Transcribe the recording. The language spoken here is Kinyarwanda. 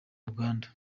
uganda